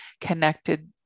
connected